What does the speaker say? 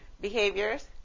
behaviors